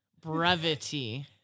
brevity